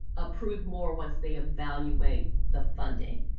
approve more once they evaluate the funding.